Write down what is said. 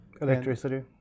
Electricity